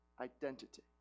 identity